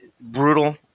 brutal